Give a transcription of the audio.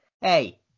Hey